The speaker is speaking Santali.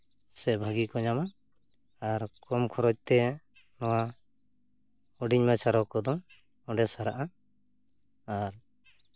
ᱥᱮ ᱵᱷᱟᱜᱮ ᱠᱚ ᱧᱟᱢᱟ ᱟᱨ ᱠᱚᱢ ᱠᱷᱚᱨᱚᱪᱛᱮ ᱱᱚᱣᱟ ᱦᱩᱰᱤᱧ ᱢᱟᱪᱷᱟ ᱨᱳᱜᱽ ᱠᱚᱫᱚ ᱚᱸᱰᱮ ᱥᱟᱨᱟᱜᱼᱟ ᱟᱨ